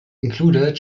included